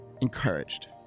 encouraged